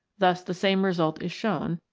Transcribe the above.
thus the same result is shown,